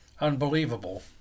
Unbelievable